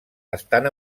estan